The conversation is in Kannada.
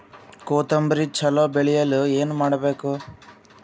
ಕೊತೊಂಬ್ರಿ ಚಲೋ ಬೆಳೆಯಲು ಏನ್ ಮಾಡ್ಬೇಕು?